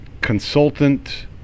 consultant